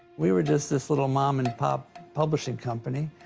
we were just this little mom and pop publishing company,